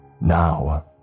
Now